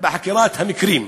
להתרשל בחקירת המקרים.